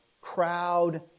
crowd